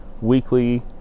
weekly